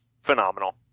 Phenomenal